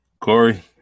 Corey